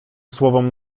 słowom